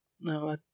No